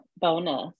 bonus